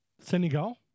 Senegal